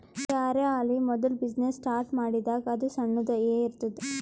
ಯಾರೇ ಆಲಿ ಮೋದುಲ ಬಿಸಿನ್ನೆಸ್ ಸ್ಟಾರ್ಟ್ ಮಾಡಿದಾಗ್ ಅದು ಸಣ್ಣುದ ಎ ಇರ್ತುದ್